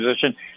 position